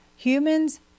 Humans